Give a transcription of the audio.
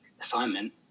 assignment